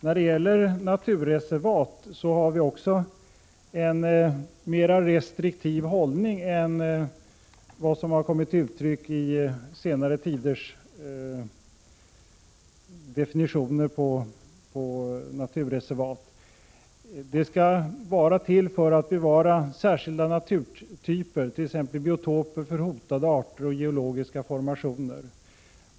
När det gäller naturreservat har vi moderater också en mera restriktiv hållning än vad som har kommit till uttryck i senare tiders definitioner på naturreservat. Det skall vara till för att bevara särskilda naturtyper, t.ex. biotoper för hotade arter och geologiska formationer.